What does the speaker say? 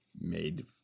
made